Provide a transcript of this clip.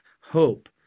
Hope